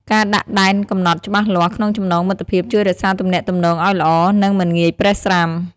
ការដាក់ដែនកំណត់ច្បាស់លាស់ក្នុងចំណងមិត្តភាពជួយរក្សាទំនាក់ទំនងឱ្យល្អ និងមិនងាយប្រេះស្រាំ។